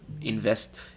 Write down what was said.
invest